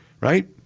right